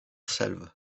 salve